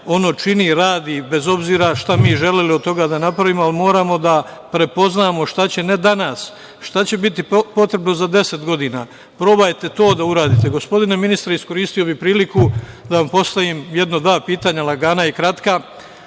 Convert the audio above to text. čini rad i, bez obzira šta mi želeli od toga da napravimo, moramo da prepoznamo šta će, ne danas, biti potrebno za 10 godina. Probajte to da uradite. Gospodine ministre, iskoristio bi priliku da postavim jedno, dva pitanja lagana i kratka.